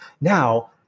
now